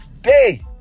day